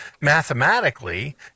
mathematically